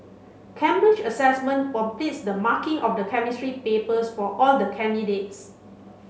Cambridge Assessment completes the marking of the Chemistry papers for all the candidates